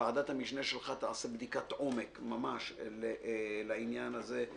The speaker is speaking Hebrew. שוועדת המשנה שלך תעשה בדיקת עומק ממש לעניין הזה,